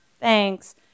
Thanks